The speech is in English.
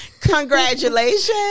Congratulations